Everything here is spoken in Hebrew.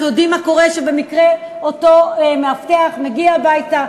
אנחנו יודעים מה קורה כשבמקרה אותו מאבטח מגיע הביתה,